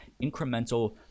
incremental